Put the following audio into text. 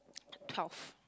twelve